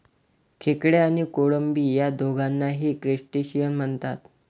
खेकडे आणि कोळंबी या दोघांनाही क्रस्टेशियन म्हणतात